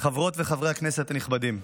חברות וחברי הכנסת הנכבדים,